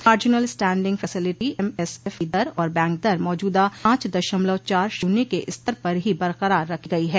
marginal standing facility MSF की दर और बैंक दर मौजूदा पांच दशमलव चार शून्य के स्तर पर ही बरकरार रखी गई है